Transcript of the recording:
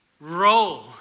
roll